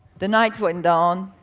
the night went down,